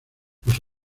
los